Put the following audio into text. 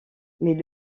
mais